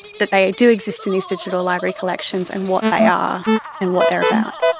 that they do exist in these digital library collections and what they are and what they're about.